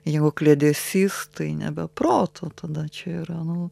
jeigu kliedesys tai nebe proto tada čia yra nu